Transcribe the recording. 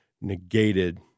negated